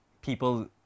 people